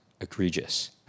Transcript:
egregious